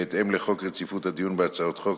בהתאם לחוק רציפות הדיון בהצעות חוק,